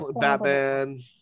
Batman